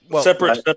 separate